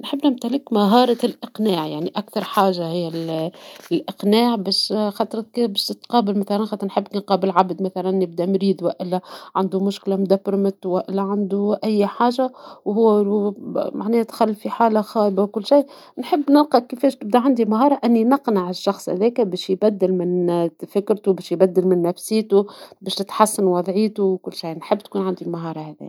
نحب نمتلك مهارة الاقناع ، يعني أكثر حاجة نحب هي الاقناع ، باش حاطر هكا باش مثلا تتقابل ، نحب نقابل عبد مثلا يبدى مريض والا عندو مشكلة كبيرة ، والا عندو أي حاجة وكل شيء ، نحب نلقى كفاش نبدى عندي مهارة أني نقنع الشخص هذاكا باش يبدل من نفسيتو ، باش تتحسن وضيعتوا وكل شيء ، نحب تكون عندي المهارة هذيا.